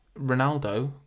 Ronaldo